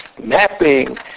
mapping